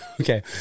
Okay